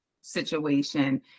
situation